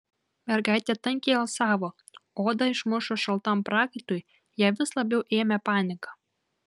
mergaitė tankiai alsavo odą išmušus šaltam prakaitui ją vis labiau ėmė panika